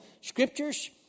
scriptures